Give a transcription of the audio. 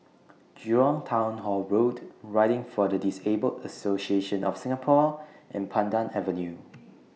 Jurong Town Hall Road Riding For The Disabled Association of Singapore and Pandan Avenue